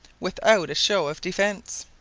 without a show of defence.